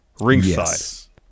ringside